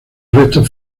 restos